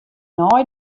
nei